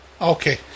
Okay